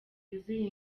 yuzuye